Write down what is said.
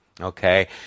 okay